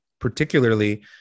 particularly